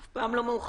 אף פעם לא מאוחר.